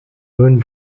ruined